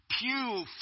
pew